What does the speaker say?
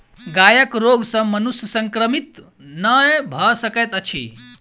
गायक रोग सॅ मनुष्य संक्रमित नै भ सकैत अछि